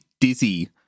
Dizzy